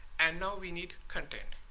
and now we need contained,